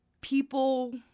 people